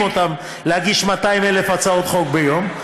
אותם בהגשת 200,000 הצעות חוק ביום,